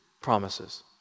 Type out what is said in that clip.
promises